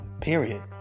period